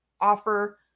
offer